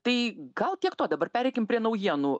tai gal tiek to dabar pereikim prie naujienų